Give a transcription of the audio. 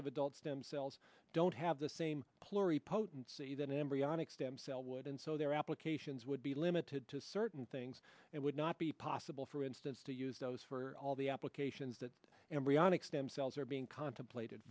of adult stem cells don't have the same pluri potency that embryonic stem cell would and so their applications would be limited to certain things it would not be possible for instance to use those for all the applications that embryonic stem cells are being contemplated